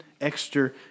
extra